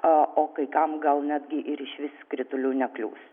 o kai kam gal netgi ir išvis kritulių neklius